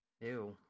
Ew